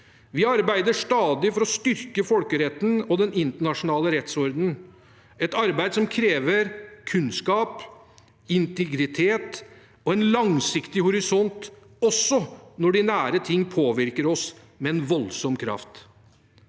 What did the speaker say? Vi arbeider stadig for å styrke folkeretten og den internasjonale rettsordenen – et arbeid som krever kunnskap, integritet og en langsiktig horisont, også når de nære ting påvirker oss med en voldsom kraft.